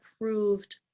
approved